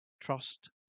Trust